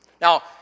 now